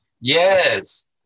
Yes